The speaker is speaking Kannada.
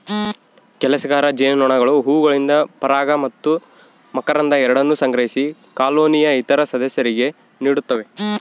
ಕೆಲಸಗಾರ ಜೇನುನೊಣಗಳು ಹೂವುಗಳಿಂದ ಪರಾಗ ಮತ್ತು ಮಕರಂದ ಎರಡನ್ನೂ ಸಂಗ್ರಹಿಸಿ ಕಾಲೋನಿಯ ಇತರ ಸದಸ್ಯರಿಗೆ ನೀಡುತ್ತವೆ